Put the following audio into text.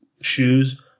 shoes